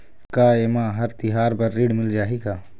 का ये मा हर तिहार बर ऋण मिल जाही का?